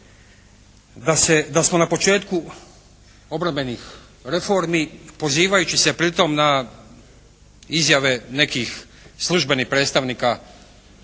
da smo na početku obrambenih reformi pozivajući se pritom na izjave nekih službenih predstavnika